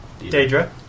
Daedra